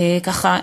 ככה,